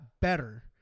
better